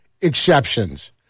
Exceptions